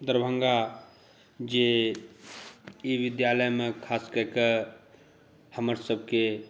दरभङ्गा जे ई विद्यालयमे खासकऽ कऽ हमर सभके